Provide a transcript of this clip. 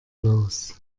los